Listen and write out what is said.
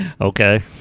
okay